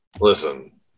Listen